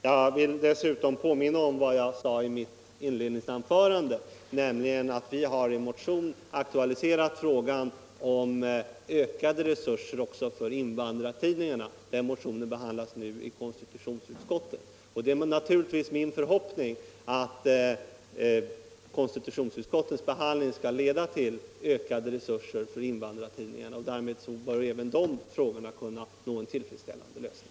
Jag vill dessutom påminna om vad jag sade i mitt inledningsanförande, nämligen att vi i en motion har aktualiserat frågan om ökade resurser också för invandrartidningarna. Den motionen behandlas nu i konstitutionsutskottet. Min förhoppning är naturligtvis att konstitutionsutskottets behandling skall leda till ökade resurser för invandrartidningarna. Därmed bör även de problemen kunna få en tillfredsställande lösning.